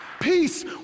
Peace